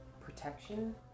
protection